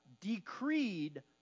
decreed